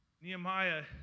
Nehemiah